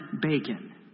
bacon